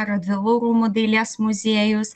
radvilų rūmų dailės muziejus